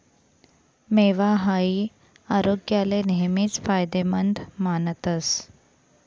मेवा हाई आरोग्याले नेहमीच फायदेमंद मानतस